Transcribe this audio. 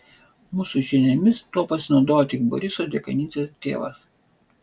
mūsų žiniomis tuo pasinaudojo tik boriso dekanidzės tėvas